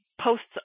posts